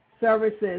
services